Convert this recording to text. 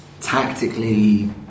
tactically